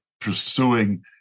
pursuing